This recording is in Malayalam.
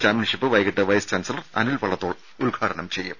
ചാമ്പ്യൻഷിപ്പ് വൈകിട്ട് വൈസ് ചാൻസലർ അനിൽ വള്ളത്തോൾ ഉദ്ഘാടനം ചെയ്യും